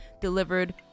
delivered